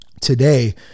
today